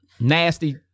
nasty